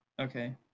Okay